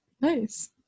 Nice